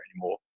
anymore